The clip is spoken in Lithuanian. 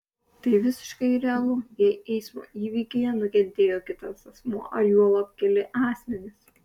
tai visiškai realu jei eismo įvykyje nukentėjo kitas asmuo ar juolab keli asmenys